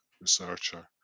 Researcher